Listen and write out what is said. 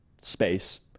space